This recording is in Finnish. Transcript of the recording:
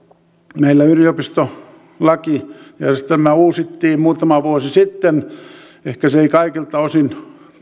meillä yliopistolakijärjestelmä uusittiin muutama vuosi sitten ehkä se ei kaikilta osin